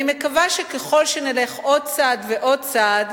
אני מקווה שככל שנלך עוד צעד ועוד צעד,